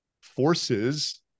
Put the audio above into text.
forces